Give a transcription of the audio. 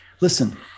listen—